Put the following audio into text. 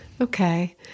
Okay